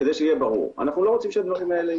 אנו לא רוצים שהדברים האלה